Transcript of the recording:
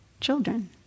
children